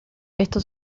esto